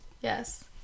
Yes